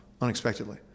unexpectedly